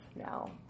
now